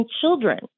children